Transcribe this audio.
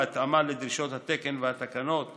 בהתאמה לדרישות התקן והתקנות יפורסמו,